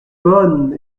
bonne